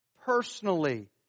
personally